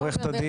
עורכת הדין